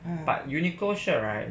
um